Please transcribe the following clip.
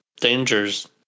dangers